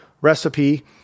recipe